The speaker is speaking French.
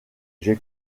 j’ai